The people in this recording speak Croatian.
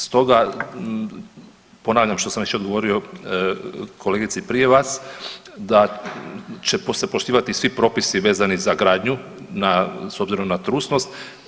Stoga ponavljam što sam već odgovorio kolegici prije vas da će se poštivati svi propisi vezani za gradnju s obzirom na trusnost.